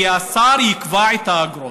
כי השר יקבע את האגרות.